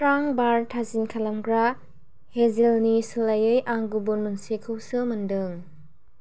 franc बार थाजिम खालामग्रा हेजेलनि सोलायै आं गुबुन मोनसेखौसो मोनदों